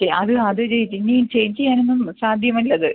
അത് അതിൽ ഇനി ചേഞ്ച് ചെയ്യാനൊന്നും സാധ്യമല്ല അത്